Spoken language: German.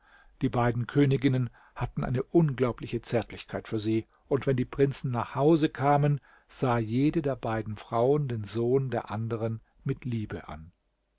die beiden königinnen hatten eine unglaubliche zärtlichkeit für sie und wenn die prinzen nach hause kamen sah jede der beiden frauen den sohn der anderen mit liebe an